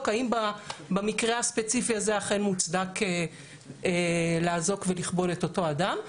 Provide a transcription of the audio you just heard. האם במקרה הספציפי הזה אכן מוצדק לאזוק ולכבול את אותו אדם.